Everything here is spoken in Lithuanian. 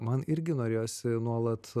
man irgi norėjosi nuolat